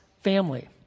family